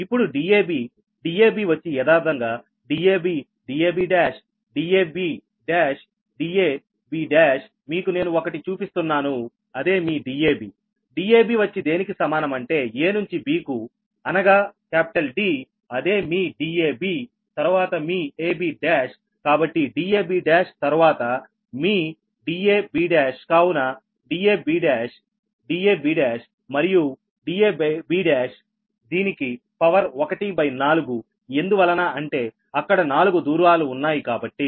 ఇప్పుడు DabDab వచ్చి యదార్ధంగా dab dab1 da1bda1b మీకు నేను ఒకటి చూపిస్తున్నాను అదే మీ DabDab వచ్చి దేనికి సమానం అంటే a నుంచి b కు అనగా D అదేమీ Dab తర్వాత మీ ab1 కాబట్టి dab1 తర్వాత మీ da1b కావున da1b1da1b మరియు da1b దీనికి పవర్ 1 బై 4 ఎందువలన అంటే అక్కడ నాలుగు దూరాలు ఉన్నాయి కాబట్టి